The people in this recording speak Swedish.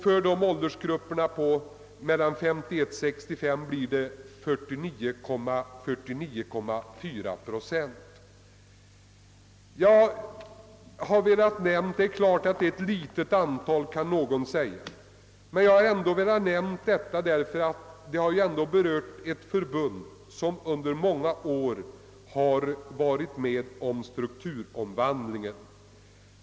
För åldersgruppen mellan 51 och 65 år blir det 49,4 procent. Det är ett litet antal, kan någon säga. Men jag har ändå velat nämna detta därför att det berör ett förbund som under många år har varit med om strukturomvandlingen.